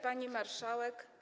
Pani Marszałek!